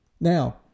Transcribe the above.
Now